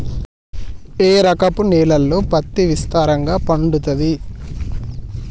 ఏ రకపు నేలల్లో పత్తి విస్తారంగా పండుతది?